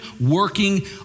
working